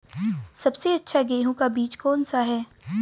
सबसे अच्छा गेहूँ का बीज कौन सा है?